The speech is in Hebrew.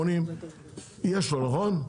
80 יש לו נכון?